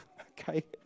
Okay